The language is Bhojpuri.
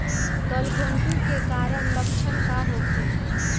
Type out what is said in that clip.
गलघोंटु के कारण लक्षण का होखे?